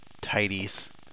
tidies –